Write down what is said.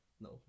No